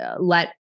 let